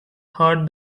heard